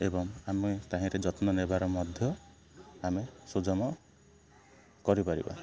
ଏବଂ ଆମେ ତାହିଁରେ ଯତ୍ନ ନେବାର ମଧ୍ୟ ଆମେ ସୁଜମ କରିପାରିବା